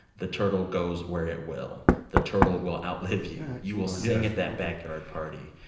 the turtle goes where it will. the turtle will outlive you. you will sing at that backyard party,